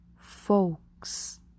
folks